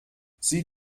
sie